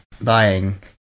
buying